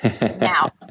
Now